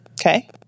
Okay